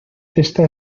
esta